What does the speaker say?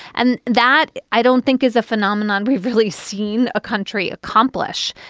and that, i don't think is a phenomenon we've really seen a country accomplish.